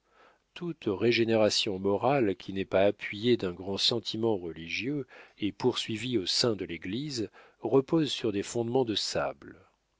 toute régénération morale qui n'est pas appuyée d'un grand sentiment religieux et poursuivie au sein de l'église repose sur des fondements de sable